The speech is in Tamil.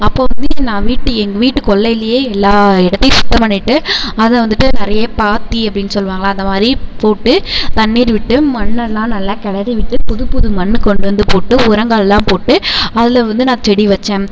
அப்போது வந்து நான் வீட்டு எங்க வீட்டு கொள்ளையிலையே எல்லா இடத்தையும் சுத்தம் பண்ணிட்டு அதை வந்துட்டு நிறையப் பாத்தி அப்படின்னு சொல்லுவாங்கள்ல அந்த மாதிரி போட்டு தண்ணீர் விட்டு மண்ணெல்லாம் நல்லா கிளரி விட்டு புதுப்புது மண் கொண்டு வந்து போட்டு உரங்கள்லாம் போட்டு அதில் வந்து நான் செடி வச்சேன்